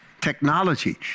Technology